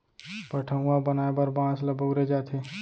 पठअउवा बनाए बर बांस ल बउरे जाथे